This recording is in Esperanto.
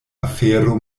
afero